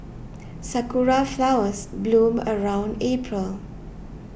sakura flowers bloom around April